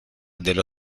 dello